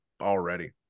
already